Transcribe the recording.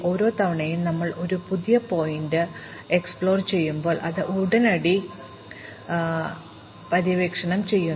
ഓരോ തവണയും ഞങ്ങൾ ഒരു പുതിയ ശീർഷകം പര്യവേക്ഷണം ചെയ്യുമ്പോൾ ഞങ്ങൾ അത് ഉടനടി പര്യവേക്ഷണം ചെയ്യുന്നു